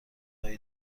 هایی